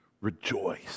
Rejoice